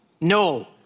No